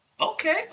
Okay